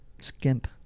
skimp